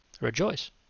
Rejoice